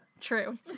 True